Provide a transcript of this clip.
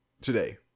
today